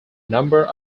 number